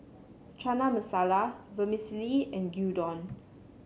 Chana Masala Vermicelli and Gyudon